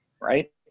right